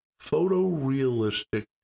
photorealistic